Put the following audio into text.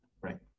right